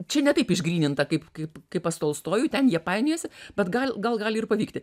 čia ne taip išgryninta kaip kaip kaip pas tolstojų ten jie painiojasi bet gal gal gali ir pavykti